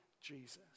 Jesus